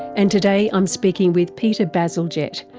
and today i'm speaking with peter bazalgette,